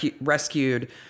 rescued